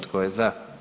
Tko je za?